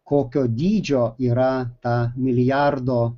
kokio dydžio yra ta milijardo